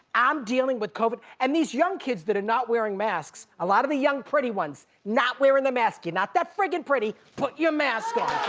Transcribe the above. i'm dealing with covid and these young kids that are not wearing masks, a lot of the young, pretty ones not wearing the mask. you're not that friggin' pretty, put your mask on.